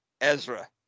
Ezra